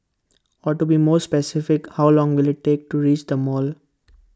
or to be more specific how long will IT take to reach the mall